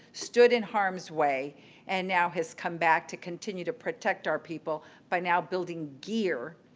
stood in harm's way and now has come back to continue to protect our people by now building gear.